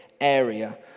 area